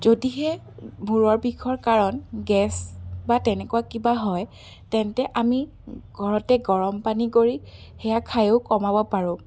যদিহে মূৰৰ বিষৰ কাৰণ গেছ বা তেনেকুৱা কিবা হয় তেন্তে আমি ঘৰতে গৰম পানী কৰি সেইয়া খাইও কমাব পাৰোঁ